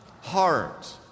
heart